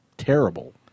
terrible